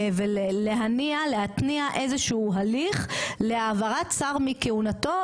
ולהניע להתניע איזשהו הליך להעברת שר מכהונתו,